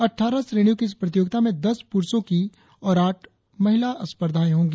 अट्ठारह श्रेणियों की इस प्रतियोगिता में दस पुरुषो की आठ महिला स्पर्धाए होंगी